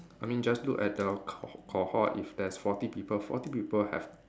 I mean just look at the co~ cohort if there's forty people forty people have